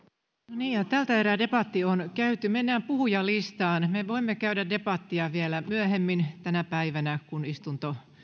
niin tältä erää debatti on käyty mennään puhujalistaan me voimme käydä debattia vielä myöhemmin tänä päivänä kun istunto